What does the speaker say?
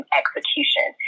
execution